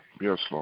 Yes